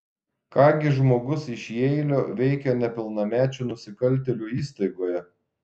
ką gi žmogus iš jeilio veikia nepilnamečių nusikaltėlių įstaigoje